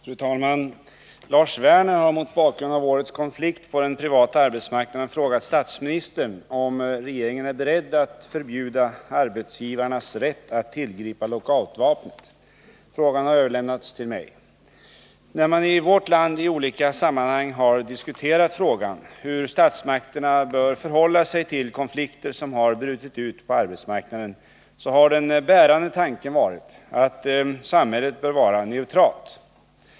Fru talman! Lars Werner har mot bakgrund av årets konflikt på den privata arbetsmarknaden frågat statsministern om regeringen är beredd att förbjuda arbetsgivarnas rätt att tillgripa lockoutvapnet. Frågan har överlämnats till mig. När man i vårt land i olika sammanhang har diskuterat frågan hur statsmakterna bör förhålla sig till konflikter som har brutit ut på arbetsmarknaden. har den bärande tanken varit att samhället bör vara neutralt.